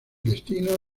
destino